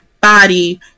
body